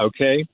Okay